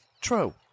True